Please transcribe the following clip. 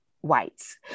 whites